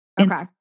Okay